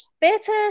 better